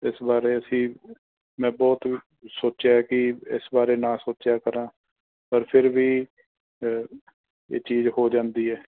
ਇਸ ਬਾਰੇ ਅਸੀਂ ਮੈਂ ਬਹੁਤ ਸੋਚਿਆ ਕਿ ਇਸ ਬਾਰੇ ਨਾ ਸੋਚਿਆ ਕਰਾਂ ਪਰ ਫਿਰ ਵੀ ਇਹ ਚੀਜ਼ ਹੋ ਜਾਂਦੀ ਹੈ